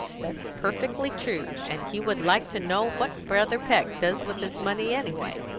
that's perfectly true. and he would like to know what brother peck does with his money, anyway.